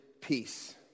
peace